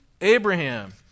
Abraham